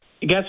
guess